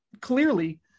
clearly